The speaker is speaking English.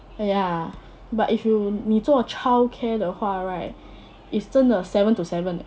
ya but if you 你做 childcare 的话 right is 真的 seven to seven 的